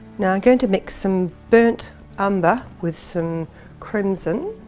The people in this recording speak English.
now i'm going to mix some burnt umber with some crimson.